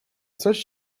coś